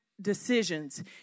decisions